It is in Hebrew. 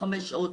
חמש שעות,